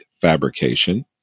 fabrication